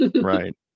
right